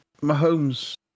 Mahomes